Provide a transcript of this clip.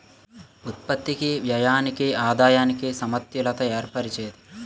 ఉత్పత్తికి వ్యయానికి ఆదాయానికి సమతుల్యత ఏర్పరిచేది